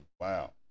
Wow